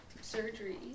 surgery